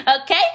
okay